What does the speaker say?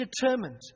determined